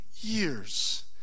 years